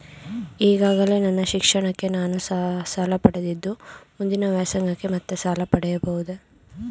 ಈಗಾಗಲೇ ನನ್ನ ಶಿಕ್ಷಣಕ್ಕೆ ನಾನು ಸಾಲ ಪಡೆದಿದ್ದು ಮುಂದಿನ ವ್ಯಾಸಂಗಕ್ಕೆ ಮತ್ತೆ ಸಾಲ ಪಡೆಯಬಹುದೇ?